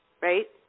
right